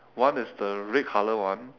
one is the red colour one